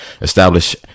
establish